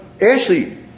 Ashley